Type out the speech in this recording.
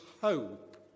hope